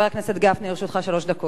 גברתי היושבת-ראש,